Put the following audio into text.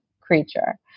creature